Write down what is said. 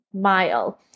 mile